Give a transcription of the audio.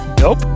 Nope